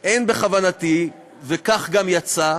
אין בכוונתי, וכך גם יצא,